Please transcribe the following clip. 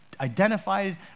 identified